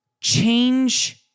change